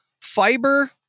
fiber